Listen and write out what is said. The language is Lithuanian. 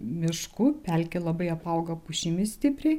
mišku pelkė labai apaugo pušimis stipriai